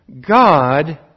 God